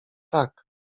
tak